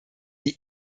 die